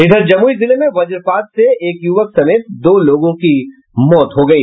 उधर जमुई जिले में वज्रपात से एक युवक समेत दो लोगों की मौत हो गयी